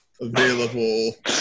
available